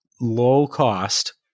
low-cost